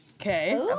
Okay